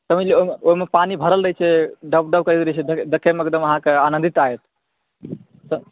समझलियै ओहिमे पानि भरल रहै छै डबडब करैत रहै छै एकदम अहाँके आनन्दित लागत तऽ